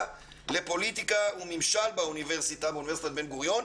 לפוליטיקה וממשל באוניברסיטת בן גוריון,